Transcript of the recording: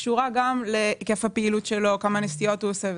קשורים גם להיקף הפעילות שלו כמה נסיעות הוא עושה.